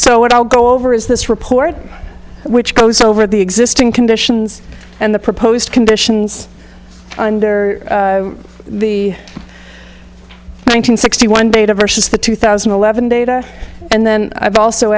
so what i'll go over is this report which goes over the existing conditions and the proposed conditions under the nine hundred sixty one data versus the two thousand and eleven data and then i've also